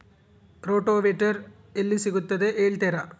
Rotavator ಎಲ್ಲಿ ಸಿಗುತ್ತದೆ ಹೇಳ್ತೇರಾ?